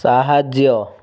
ସାହାଯ୍ୟ